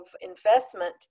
investment